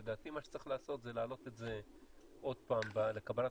לדעתי מה שצריך לעשות זה להעלות את זה עוד פעם לקבלת